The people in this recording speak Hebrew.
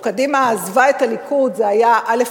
או קדימה עזבה את הליכוד, זה היה א.